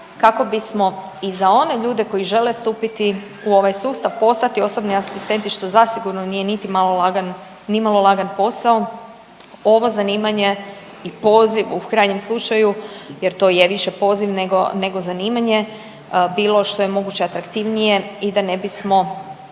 kako bismo i za one ljude koji žele stupiti u ovaj sustav i postati osobni asistenti što zasigurno nije niti malo lagan, nimalo lagan posao, ovo zanimanje i poziv u krajnjem slučaju jer to je više poziv nego, nego zanimanje, bilo što je moguće atraktivnije i da ne bismo